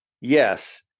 Yes